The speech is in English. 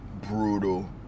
Brutal